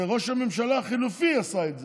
זה ראש הממשלה החלופי עשה את זה.